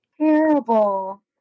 Terrible